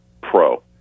pro